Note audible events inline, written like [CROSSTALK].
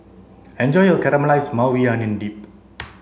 enjoy your Caramelized Maui Onion Dip [NOISE]